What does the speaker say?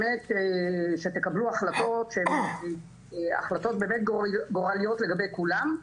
שתקבלו החלטות שהן החלטות באמת גורליות לגבי כולם.